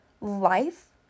life